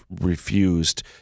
refused